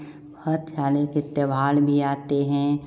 बहुत सारे के त्योहार भी आते हैं